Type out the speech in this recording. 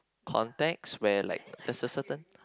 context where like there's a certain